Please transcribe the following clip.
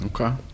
Okay